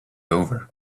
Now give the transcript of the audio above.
over